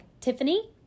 Tiffany